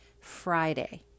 Friday